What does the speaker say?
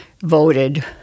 voted